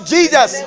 Jesus